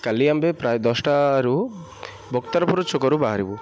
କାଲି ଆମେ ପ୍ରାୟ ଦଶଟାରୁ ଭକ୍ତାରପୁର ଛକରୁ ବାହାରିବୁ